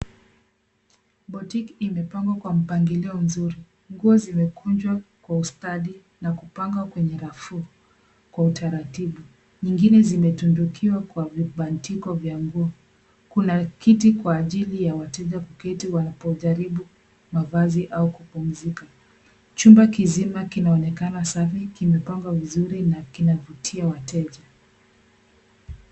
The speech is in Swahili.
Boutique imepangwa kwa mpangilio mzuri .Nguo zimekunjwa kwa ustadi na kupangwa kwenye rafu Kwa utaratibu. Nyingine zimetundukiwa Kwa vibandiko vya nguo .Kuna kiti kwa ajili ya wateja kuketi wanapojaribu mavazi au kupumzika. Chumba kizima kinaonekana safi, kimepangwa vizuri na kinavutia wateja.